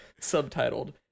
subtitled